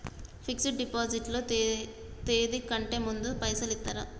Fix డ్ deposit లో తేది కంటే ముందే పైసలు ఇత్తరా?